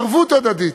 ערבות הדדית,